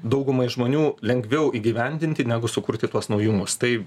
daugumai žmonių lengviau įgyvendinti negu sukurti tuos naujumus tai